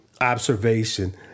observation